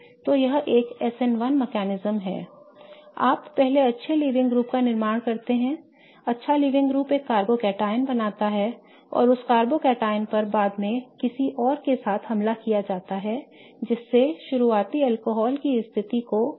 तो यह एक SN1 तंत्र है आप पहले अच्छे लीविंग ग्रुप का निर्माण करते हैं अच्छा लीविंग ग्रुप एक कार्बोकैटायन बनाता है और उस कार्बोकैटायन पर बाद में किसी और के साथ हमला किया जाता है जिसने शुरुआती अल्कोहल की स्थिति को प्रतिस्थापित किया जाता है